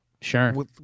sure